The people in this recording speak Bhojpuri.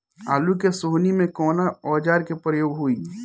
आलू के सोहनी में कवना औजार के प्रयोग होई?